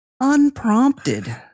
unprompted